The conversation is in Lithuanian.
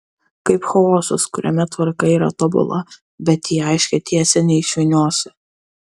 kaip chaosas kuriame tvarka yra tobula bet į aiškią tiesę neišvyniosi